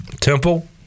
Temple